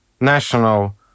national